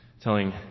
telling